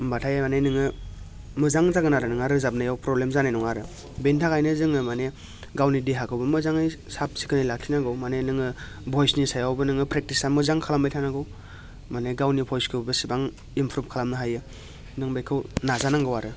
होमब्लाथाय माने नोङो मोजां जागोन आरो नोंहा रोजाबनायाव प्रब्लेम जानाय नङा आरो बिनि थाखायनो जोङो माने गावनि देहाखौबो मोजाङै साबसिखोनै लाखिनांगौ माने नोङो भइसनि सायावबो नोङो प्रेकटिसा मोजां खालामबाय थानांगौ माने गावनि भइसखौ बेसेबां इमप्रुभ खालामनो हायो नों बेखौ नाजानांगौ आरो